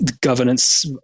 governance